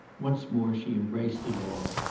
once more she embraced it all,